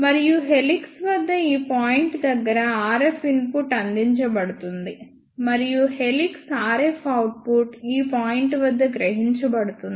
మరియు హెలిక్స్ వద్ద ఈ పాయింట్ దగ్గర RF ఇన్పుట్ అందించబడుతుంది మరియు హెలిక్స్ RF అవుట్పుట్ ఈ పాయింట్ వద్ద గ్రహించబడుతుంది